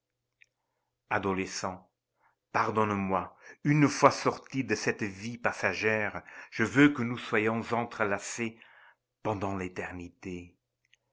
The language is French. adolescent pardonne-moi une fois sortis de cette vie passagère je veux que nous soyons entrelacés pendant l'éternité